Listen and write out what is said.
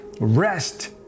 Rest